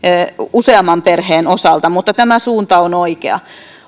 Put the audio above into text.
useamman perheen osalta mutta tämä suunta on oikea